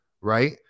right